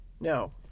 No